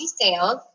sales